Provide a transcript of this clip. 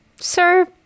sir